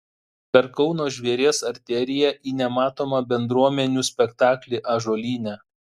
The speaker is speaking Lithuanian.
per kauno žvėries arteriją į nematomą bendruomenių spektaklį ąžuolyne